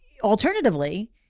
Alternatively